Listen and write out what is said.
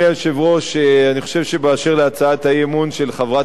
אני חושב שאשר להצעת האי-אמון של חברת הכנסת זועבי,